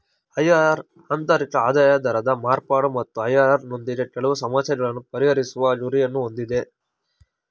IRR ಆಂತರಿಕ ಆದಾಯದ ದರದ ಮಾರ್ಪಾಡು ಮತ್ತು ಐ.ಆರ್.ಆರ್ ನೊಂದಿಗೆ ಕೆಲವು ಸಮಸ್ಯೆಗಳನ್ನು ಪರಿಹರಿಸುವ ಗುರಿಯನ್ನು ಹೊಂದಿದೆ